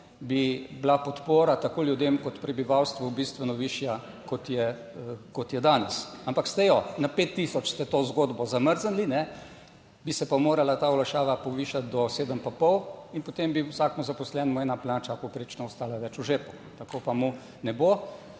bi bila podpora tako ljudem kot prebivalstvu bistveno višja, kot je kot je danes. Ampak ste jo, na 5 tisoč ste to zgodbo zamrznili, bi se pa morala ta olajšava povišati do sedem pa pol in potem bi vsakemu zaposlenemu ena plača povprečno ostala več v žepu, tako pa mu ne bo.